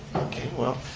okay, well,